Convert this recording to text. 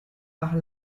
par